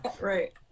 Right